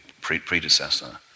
predecessor